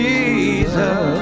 Jesus